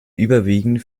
überwiegend